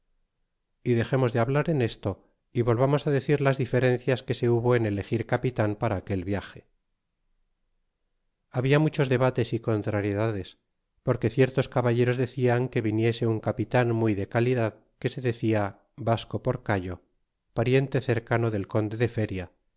y dexemos de hablar en esto y volvamos á decir las diferencias que se hubo en elegir capitan para aquel viage bia muchos debates y contrariedades porque ciertos caballeros decian que viniese un capitan muy de calidad que se decia vasco porcail pariente cercano del conde de feria